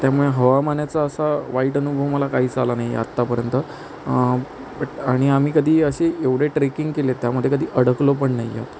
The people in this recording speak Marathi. त्यामुळे हवामानाचा असा वाईट अनुभव मला काहीच आला नाही आहे आत्तापर्यंत बट आणि आम्ही कधी अशी एवढे ट्रेकिंग केले आहेत त्यामध्ये कधी अडकलो पण नाही आहोत